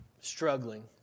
struggling